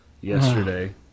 yesterday